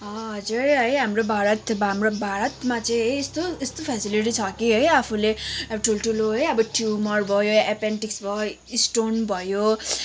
हजुर है हाम्रो भारत हाम्रो भारतमा चाहिँ है यस्तो यस्तो फेसिलिटी छ कि है आफूले अब ठुल्ठुलो है अब ट्युमर भयो एपेन्डिक्स भयो स्टोन भयो